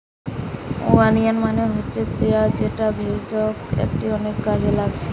onion মানে হচ্ছে পিঁয়াজ যেটা ভেষজ যেটা অনেক কাজে লাগছে